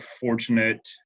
fortunate